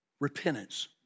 Repentance